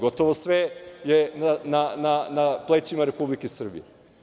Gotovo sve je na plećima Republike Srbije.